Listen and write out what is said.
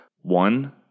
One